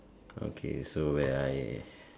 okay so where I